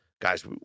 guys